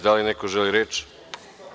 Da li neko želi reč?